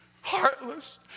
heartless